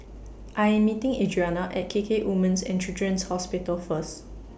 I Am meeting Adrianna At K K Women's and Children's Hospital First